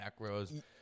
macros